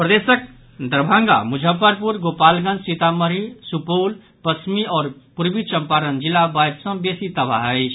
प्रदेशक दरभंगा मुजफ्फरपुर गोपालगंज सीतामढ़ी सुपौल पश्चिमी आओर पूर्वी चंपारण जिला बाढ़ि सँ बेसी तबाह अछि